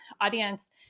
audience